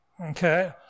Okay